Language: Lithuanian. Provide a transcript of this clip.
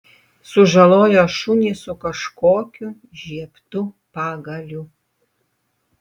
sužalojo šunį su kažkokiu žiebtu pagaliu